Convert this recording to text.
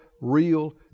real